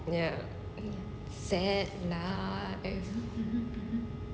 ya sad life